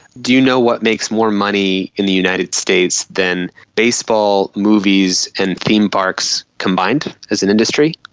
do you know what makes more money in the united states than baseball, movies and theme parks combined as an industry?